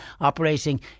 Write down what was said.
operating